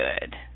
good